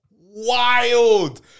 wild